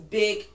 big